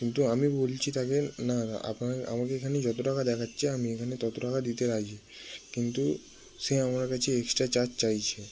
কিন্তু আমি বলছি তাকে না না আপনার আমাকে এখানে যত টাকা দেখাচ্ছে আমি এখানে তত টাকা দিতে রাজি কিন্তু সে আমার কাছে এক্সট্রা চার্জ চাইছে